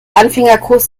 anfängerkurs